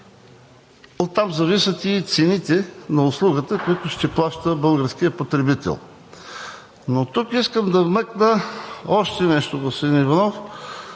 оттам зависят цените на услугата, които ще плащат българският потребител. Но тук искам да вмъкна още нещо, господин Иванов.